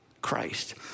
Christ